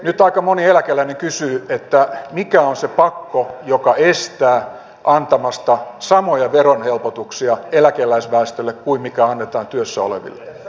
nyt aika moni eläkeläinen kysyy mikä on se pakko joka estää antamasta samoja verohelpotuksia eläkeläisväestölle kuin mitkä annetaan työssä oleville